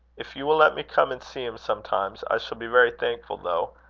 if you will let me come and see him sometimes, i shall be very thankful, though.